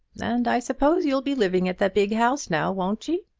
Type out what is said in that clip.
and i suppose you'll be living at the big house now won't ye?